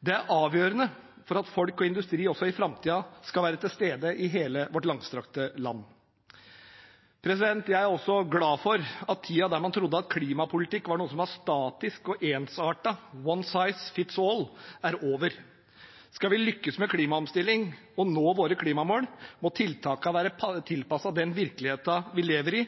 Det er avgjørende for at folk og industri også i framtiden skal være til stede i hele vårt langstrakte land. Jeg er også glad for at tiden da man trodde at klimapolitikk var noe som var statisk og ensartet – «one size fits all» – er over. Skal vi lykkes med klimaomstilling og nå våre klimamål, må tiltakene være tilpasset den virkeligheten vi lever i,